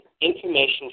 information